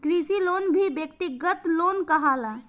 कृषि लोन भी व्यक्तिगत लोन कहाला